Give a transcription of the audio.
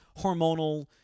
hormonal